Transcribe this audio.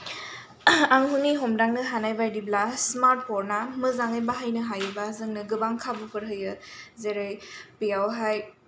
आंनि हमदांनो हानाय बादिब्ला स्मार्थ फना मोजाङै बाहायनो हायोबा जोंनो गोबां खाबुफोर होयो जेरै बेयावहाय